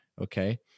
okay